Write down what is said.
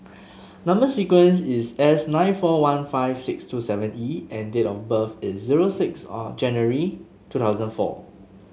number sequence is S nine four one five six two seven E and date of birth is zero six or January two thousand four